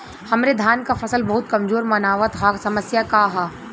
हमरे धान क फसल बहुत कमजोर मनावत ह समस्या का ह?